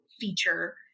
feature